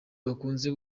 bakunze